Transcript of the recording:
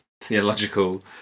theological